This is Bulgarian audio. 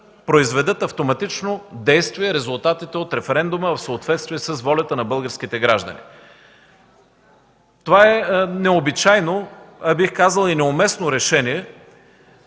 произведат автоматично действие резултатите от референдума в съответствие с волята на българските граждани. Това е необичайно, а бих казал и неуместно решение